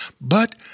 But